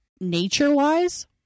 nature-wise